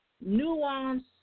Nuance